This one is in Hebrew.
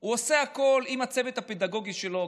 הוא עושה הכול עם הצוות הפדגוגי שלו,